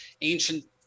ancient